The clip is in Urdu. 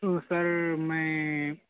تو سر میں